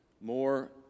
more